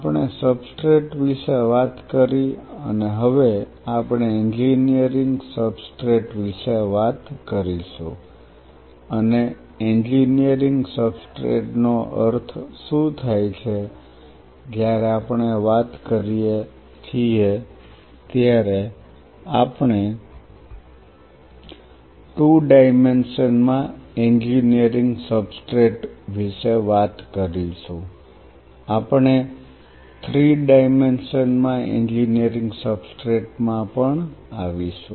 આપણે સબસ્ટ્રેટ વિશે વાત કરી અને હવે આપણે એન્જિનિયરિંગ સબસ્ટ્રેટ વિશે વાત કરીશું અને એન્જિનિયરિંગ સબસ્ટ્રેટ નો અર્થ શું થાય છે જ્યારે આપણે વાત કરીએ છીએ ત્યારે આપણે 2 ડાયમેન્શન માં એન્જિનિયરિંગ સબસ્ટ્રેટ વિશે વાત કરીશું આપણે 3 ડાયમેન્શન માં એન્જીનિયરિંગ સબસ્ટ્રેટ માં આવીશું